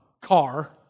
car